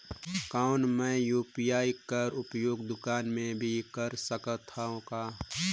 कौन मै यू.पी.आई कर उपयोग दुकान मे भी कर सकथव का?